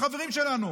על החברים שלנו.